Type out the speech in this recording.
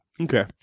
Okay